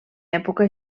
època